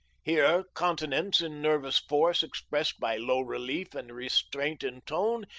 here continence in nervous force, expressed by low relief and restraint in tone,